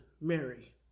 Mary